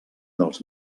dels